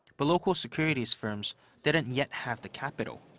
but local securities firms didn't yet have the capital.